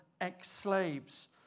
ex-slaves